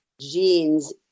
genes